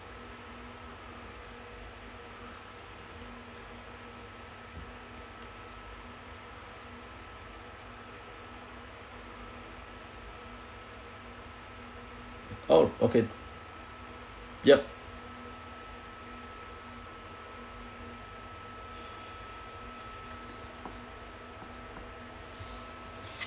oh okay yup